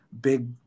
big